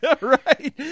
Right